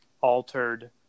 altered